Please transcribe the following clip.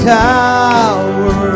tower